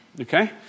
okay